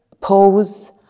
pose